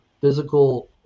physical